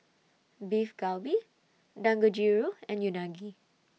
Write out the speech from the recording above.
Beef Galbi Dangojiru and Unagi